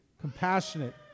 compassionate